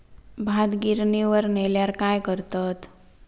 भात गिर्निवर नेल्यार काय करतत?